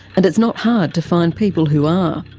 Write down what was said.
and it's not hard to find people who are.